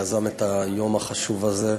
שיזם את היום החשוב הזה,